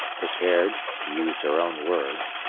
prepared, to use her own words,